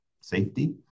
safety